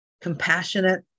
compassionate